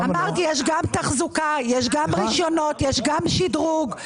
אמרתי שיש גם תחזוקה, גם רישיונות, גם שדרוג.